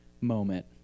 moment